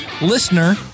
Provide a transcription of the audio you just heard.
LISTENER